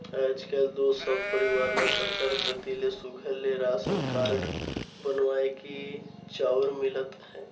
आएज काएल दो सब परिवार ल सरकार कती ले सुग्घर ले रासन कारड बनुवाए के चाँउर मिलत अहे